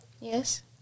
Yes